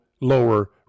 lower